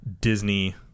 Disney